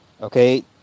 okay